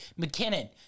McKinnon